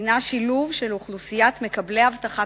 היא שילוב מקבלי הבטחת